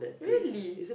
really